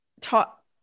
talk